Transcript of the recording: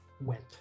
went